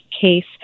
case